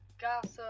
gossip